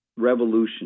Revolution